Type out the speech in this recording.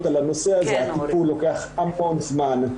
על הנושא הזה הטיפול לוקח המון זמן,